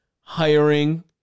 hiring